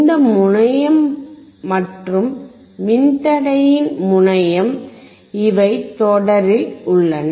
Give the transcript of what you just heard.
இந்த முனையம் மற்றும் மின்தடையின் முனையம் இவை தொடரில் உள்ளன